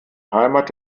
heimat